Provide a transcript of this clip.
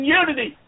unity